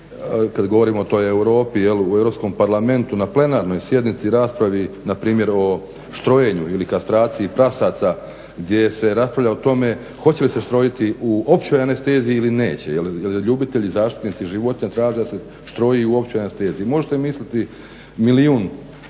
kad govorimo o toj Europi, jel, u Europskom parlamentu, na plenarnoj sjednici, na raspravi npr. o štrojenju ili kastraciji prasaca gdje se raspravlja o tome hoće li se štrojiti u općoj anesteziji ili neće jer ljubitelji zaštitnici životinja traže da se štroji u općoj anesteziji. Možete misliti milijun